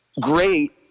great